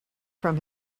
from